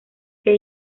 que